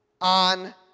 on